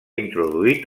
introduït